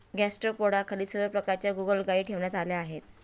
गॅस्ट्रोपोडाखाली सर्व प्रकारच्या गोगलगायी ठेवण्यात आल्या आहेत